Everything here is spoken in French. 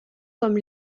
comme